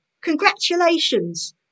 Congratulations